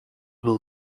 will